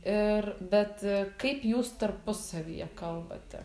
ir bet kaip jūs tarpusavyje kalbate